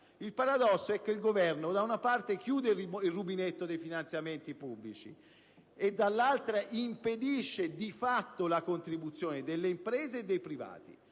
Il paradosso è che da una parte il Governo chiude il rubinetto dei finanziamenti pubblici e, dall'altra, impedisce di fatto la contribuzione delle imprese e dei privati.